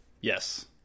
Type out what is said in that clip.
Yes